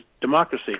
democracy